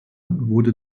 wurde